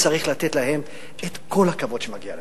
צריך לתת להם את הכבוד שמגיע להם,